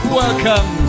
Welcome